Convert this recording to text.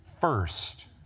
first